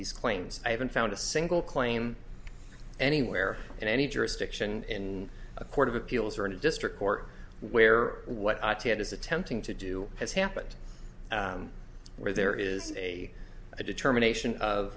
these claims i haven't found a single claim anywhere in any jurisdiction in a court of appeals or in a district court where what ted is attempting to do has happened and where there is a determination of